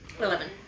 Eleven